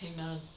Amen